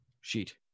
sheet